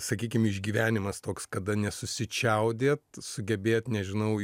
sakykim išgyvenimas toks kada nesusičiaudėt sugebėt nežinau